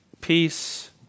Peace